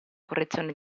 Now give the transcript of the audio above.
correzione